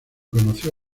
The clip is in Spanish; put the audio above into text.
conoció